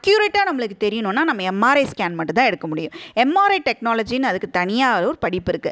அக்யூரேட்டாக நம்மளுக்கு தெரியணும்னா நம்ம எம்ஆர்ஐ ஸ்கேன் மட்டுந்தான் எடுக்க முடியும் எம்ஆர்ஐ டெக்னாலஜினு அதுக்கு தனியாக ஒரு படிப்பு இருக்குது